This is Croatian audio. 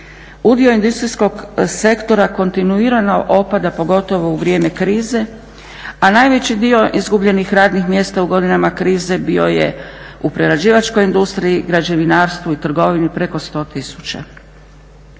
Udio industrijskog sektora kontinuirano opada, pogotovo u vrijeme krize, a najveći dio izgubljenih radnih mjesta u godinama krize bio je u prerađivačkoj industriji, građevinarstvu i trgovini, preko 100 000.